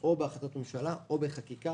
או בהחלטות ממשלה או בחקיקה,